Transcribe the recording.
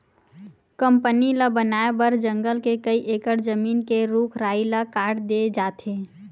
company ल बनाए बर जंगल के कइ एकड़ जमीन के रूख राई ल काट दे जाथे